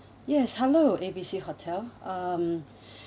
yes hello A B C hotel um